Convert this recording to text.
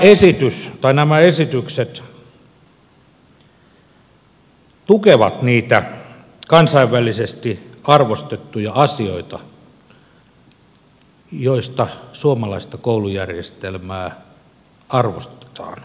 nämä esitykset tukevat niitä kansainvälisesti arvostettuja asioita joista suomalaista koulujärjestelmää arvostetaan